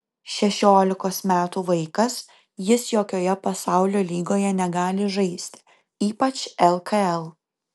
šešiolikos metų vaikas jis jokioje pasaulio lygoje negali žaisti ypač lkl